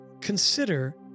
Consider